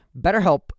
BetterHelp